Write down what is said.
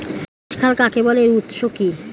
সেচ খাল কাকে বলে এর উৎস কি?